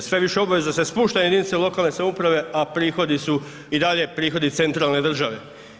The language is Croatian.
Sve više obaveza se spušta na jedinice lokalne samouprave a prihodi su i dalje prihodi centralne države.